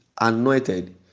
anointed